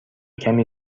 کمی